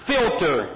Filter